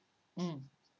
mm